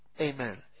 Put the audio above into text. Amen